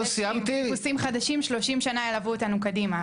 --- וחיפושים חדשים ש-30 שנה ילוו אותנו קדימה,